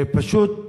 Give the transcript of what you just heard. פשוט,